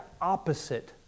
opposite